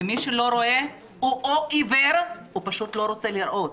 מי שלא רואה הוא עיוור או פשוט לא רוצה לראות,